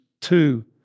two